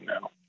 Now